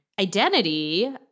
identity